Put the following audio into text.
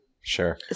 sure